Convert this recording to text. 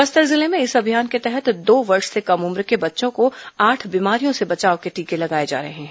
बस्तर जिले में इस अभियान के तहत दो वर्ष से कम उम्र के बच्चों को आठ बीमारियों से बचाव के टीके लगाए जा रहे हैं